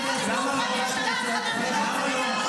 --- החטופים לא יוצאים לי מהראש.